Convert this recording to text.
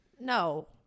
No